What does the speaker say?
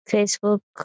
Facebook